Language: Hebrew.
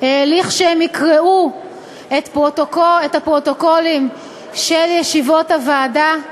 יקראו את הפרוטוקולים של ישיבות הוועדה,